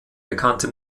bekannte